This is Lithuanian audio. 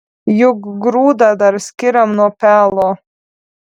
juk grūdą dar skiriam nuo pelo